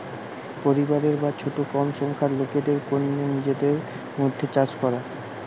পরিবারের বা ছোট কম সংখ্যার লোকদের কন্যে নিজেদের মধ্যে চাষ করা